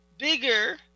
bigger